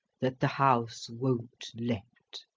that the house won't let!